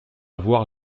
voir